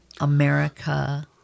America